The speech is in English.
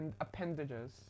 Appendages